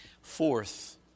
Fourth